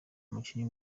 umukinnyi